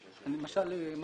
שאלה.